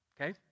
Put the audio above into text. Okay